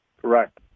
Correct